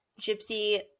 Gypsy –